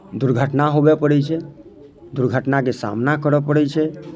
दुर्घटना होबय पड़ैत छै दुर्घटनाके सामना करय पड़ैत छै